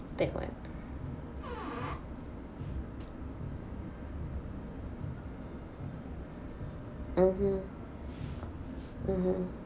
mmhmm mmhmm